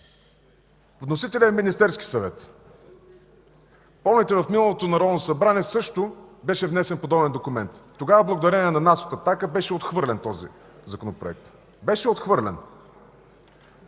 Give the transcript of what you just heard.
Вносителят е Министерския съвет. Помните в миналото Народно събрание също беше внесен подобен документ. Тогава благодарение на нас от „Атака” беше отхвърлен този законопроект. Беше отхвърлен!